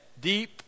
deep